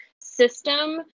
system